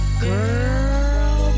girl